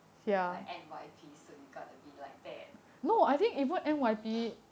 ya like N_Y_P so you got to be like that